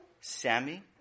Sammy